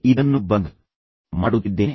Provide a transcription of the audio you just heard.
ನಿಮಗಾಗಿ ನಿನಗಾಗಿ ಇದನ್ನು ಬಂದ್ ಮಾಡುತ್ತಿದ್ದೇನೆ